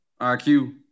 IQ